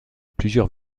plusieurs